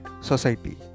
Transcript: Society